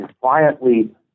quietly